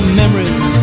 memories